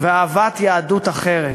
ואהבת יהדות אחרת.